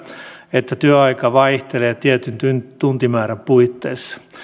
että työaika vaihtelee tietyn tuntimäärän puitteissa